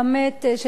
שלא נדע,